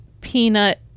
peanut